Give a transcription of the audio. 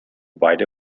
beide